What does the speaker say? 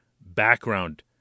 background